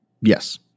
Yes